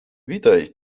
witaj